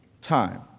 time